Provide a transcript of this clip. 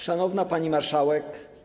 Szanowna Pani Marszałek!